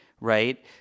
Right